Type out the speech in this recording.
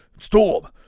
Storm